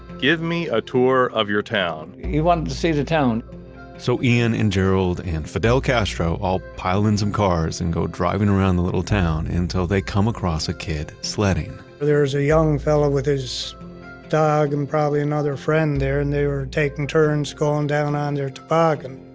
give me a tour of your town. he wanted to see the town so, ian, and gerald, and fidel castro all piled in some cars, and go driving around the little town until they come across a kid sledding there was a young fellow with his dog, and probably another friend there and they were taking turns going down on their toboggan.